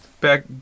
back